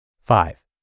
Five